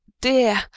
dear